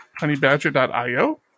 HoneyBadger.io